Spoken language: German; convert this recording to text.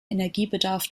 energiebedarf